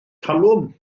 talwm